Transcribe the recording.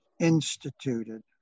instituted